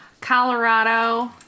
Colorado